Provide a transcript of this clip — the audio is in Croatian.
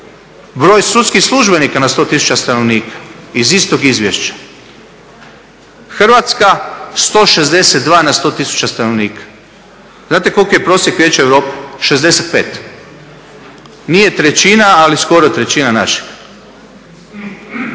broj sudskih službenika na 100 tisuća stanovnika iz istog izvješća. Hrvatska 162 na 100 tisuća stanovnika. Znate koliki je prosjek Vijeća Europe? 65. Nije trećina ali skoro trećina našeg.